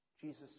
Jesus